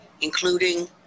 including